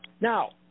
Now